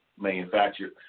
manufactured